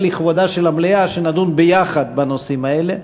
מערך ההסעות במירון קרס,